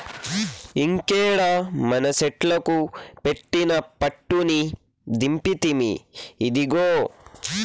ఇంకేడ మనసెట్లుకు పెట్టిన పట్టుని దింపితిమి, ఇదిగో